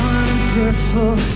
Wonderful